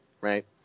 right